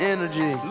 Energy